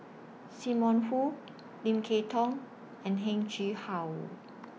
SIM Wong Hoo Lim Kay Tong and Heng Chee How